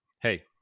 Hey